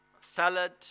salad